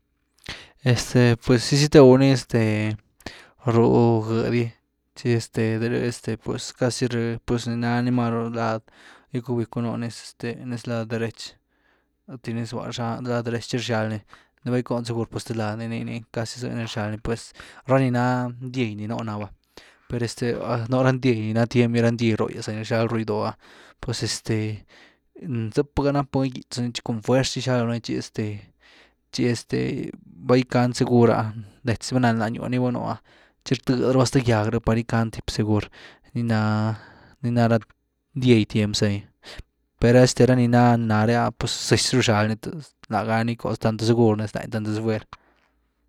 Este pues gyswtew ni este rú gëedy’gy tchi este de rëh este pues casi rëh pus ni nani máru lad, gyckubyecku noo nes este nes lad derech zëty ni zñua rxald lad derech chi rxal ni, nu ves gycooni segur pues ztë lad ni, nii ni casi zë ni rxald ni, pues rani ná ndyei ni nú naa va, per este npu ra ndyei ni na tiem gy ra ndyai róhgyas za ni rxal ru yudoh ah pues este zëpa ga napu que gyckytzu lani tchi cun fuerz gyxalu lani tchi este-tchi este val gycani segur’ah detzni, val lan-gýw ni vá nuu’ah tchi rtëdy ruba stë gýag rh pár gyckani tip segur ni na ni na ara ndyei tiem za gy, per este ra ni naa nare pues este zëzy ru rxal ni, lagani gyco tanto segur nez lany, tanto segur detz-fuer.